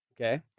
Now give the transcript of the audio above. Okay